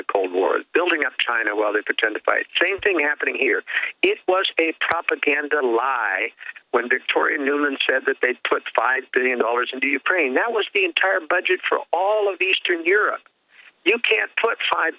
a cold war building up china while they pretend to fight same thing happening here it was a propaganda lie when victoria nuland said that they'd put five billion dollars and do you pray now was the entire budget for all of eastern europe you can't put five